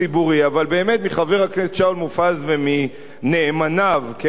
מחבר הכנסת שאול מופז ומ"נאמניו" בקדימה,